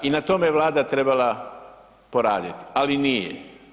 I na tome je Vlada trebala poradit, ali nije.